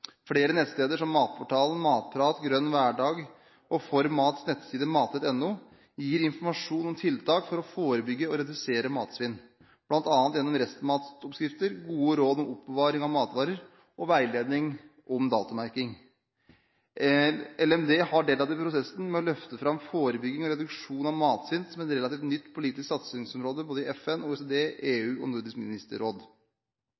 Flere nettsteder, som Matportalen, MatPrat, Grønn hverdag og ForMats nettside matvett.no, gir informasjon om tiltak for å forebygge og redusere matsvinn, bl.a. gjennom restematoppskrifter, gode råd om oppbevaring av matvarer og veiledning om datomerking. Landbruks- og matdepartementet har deltatt i prosessen med å løfte fram forebygging og reduksjon av matsvinn som et relativt nytt politisk satsingsområde både i FN, OECD,